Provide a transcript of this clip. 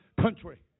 country